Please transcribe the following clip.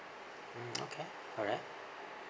mm okay alright